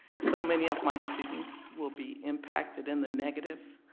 so many of my students will be impacted in the negative.